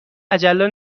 عجله